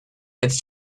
it’s